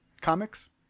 comics